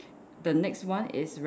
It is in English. the next one is wearing